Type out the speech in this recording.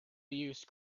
use